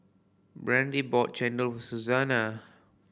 Brandie bought chendol Suzanna